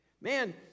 Man